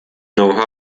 know